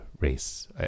race